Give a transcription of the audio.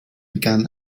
begann